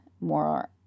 more